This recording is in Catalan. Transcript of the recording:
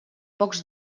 pocs